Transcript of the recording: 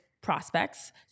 prospects